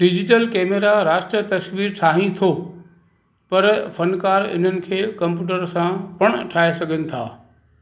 digital camera राष्ट्र तस्वीर ठाहीं थो पर फनकारु इन्हनि खे कंप्यूटर सां पिण ठाहे सघनि था